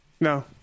No